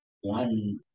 one